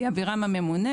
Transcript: יעבירם הממונה,